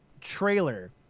trailer